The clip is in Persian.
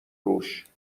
روش